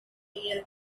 year